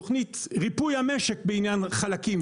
תוכנית ריפוי המשק בעניין חלפים,